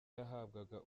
yahabwaga